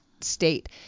state